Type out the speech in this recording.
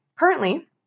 Currently